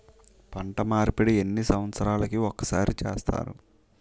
పంట మార్పిడి ఎన్ని సంవత్సరాలకి ఒక్కసారి చేస్తారు?